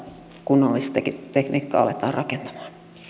kunnallistekniikkaa aletaan rakentamaan